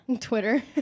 Twitter